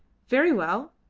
very well,